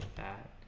that